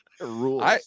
rules